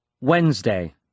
Wednesday